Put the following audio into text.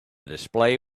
display